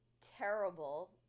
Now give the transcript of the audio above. terrible